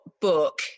book